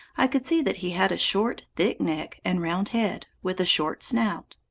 i could see that he had a short, thick neck and round head, with a short snout.